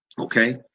Okay